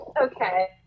Okay